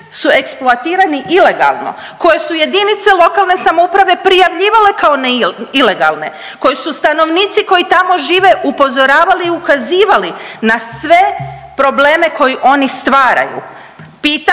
su eksploatirani ilegalno koje su jedinice lokalne samouprave prijavljivale kao ilegalne, koje su stanovnici koji tamo žive upozoravali i ukazivali na sve probleme koji oni stvaraju.